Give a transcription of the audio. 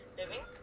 living